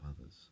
others